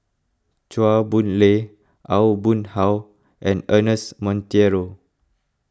Chua Boon Lay Aw Boon Haw and Ernest Monteiro